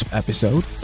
episode